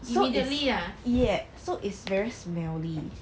so is ya so it's very smelly